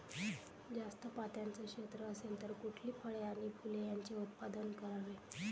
जास्त पात्याचं क्षेत्र असेल तर कुठली फळे आणि फूले यांचे उत्पादन करावे?